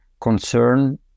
concern